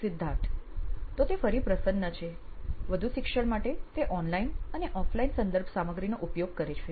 સિદ્ધાર્થ તો તે ફરી પ્રસન્ન છે વધુ શિક્ષણ માટે તે ઓનલાઇન અને ઑફલાઇન સંદર્ભ સામગ્રીનો ઉપયોગ કરે છે